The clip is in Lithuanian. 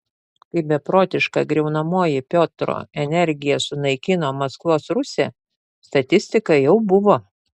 kai beprotiška griaunamoji piotro energija sunaikino maskvos rusią statistika jau buvo